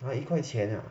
!huh! 一块钱 ah